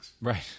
Right